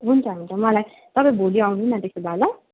हुन्छ हुन्छ मलाई तपाईँ भोलि आउनु नि त्यसो भए ल